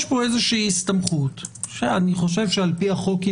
יש פה איזושהי הסתמכות שאני חושב שעל פי החוק היא